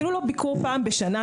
אפילו לא ביקור פעם בשנה,